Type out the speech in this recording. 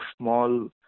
small